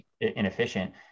inefficient